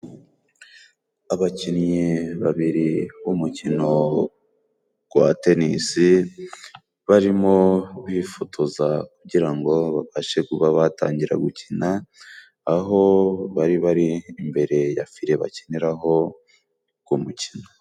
Abakinnyi babiri b'umukino gwa tenisi barimo bifotoza kugira ngo babashe kuba batangira gukina, aho bari bari imbere ya fire bakiniraho ugo mukino.